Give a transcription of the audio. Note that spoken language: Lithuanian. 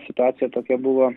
situacija tokia buvo